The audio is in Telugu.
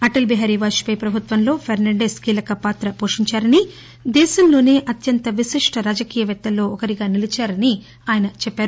అటల్ బీహారీ వాజపేయి ప్రభుత్వంలో ఫెర్పాండెస్ కీలక పాత్ర పోషించారని దేశంలోసే అత్యంత విశిష్ష రాజకీయపేత్తల్లో ఒకరిగా నిలిచారని ఆయన చెప్పారు